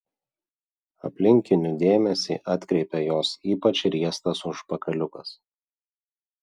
aplinkinių dėmesį atkreipė jos ypač riestas užpakaliukas